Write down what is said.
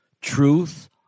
truth